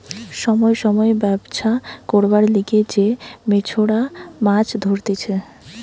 সময় সময় ব্যবছা করবার লিগে যে মেছোরা মাছ ধরতিছে